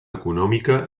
econòmica